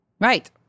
Right